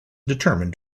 determined